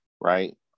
right